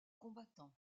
combattants